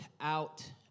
out